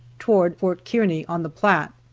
toward fort kearney on the platte.